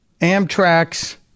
Amtrak's